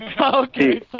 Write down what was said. Okay